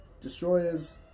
destroyers